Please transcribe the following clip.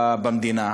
במדינה.